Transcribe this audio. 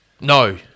No